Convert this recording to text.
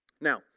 Now